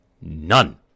None